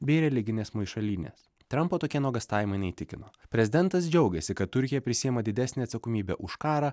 bei religinės maišalynės trampo tokie nuogąstavimai neįtikino prezidentas džiaugiasi kad turkija prisiima didesnę atsakomybę už karą